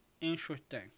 Interesting